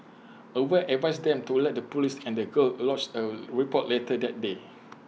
aware advised them to alert the Police and the girl lodged A report later that day